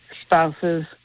spouses